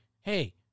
Hey